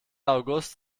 august